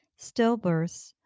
stillbirths